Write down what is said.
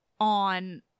on